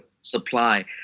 supply